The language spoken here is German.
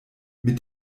mit